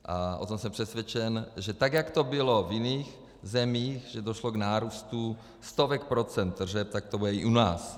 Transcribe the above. A o tom jsem přesvědčen, že tak jak to bylo v jiných zemích, že došlo k nárůstu stovek procent tržeb, tak to bude i u nás.